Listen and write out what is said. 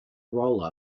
rolla